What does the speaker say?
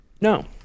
No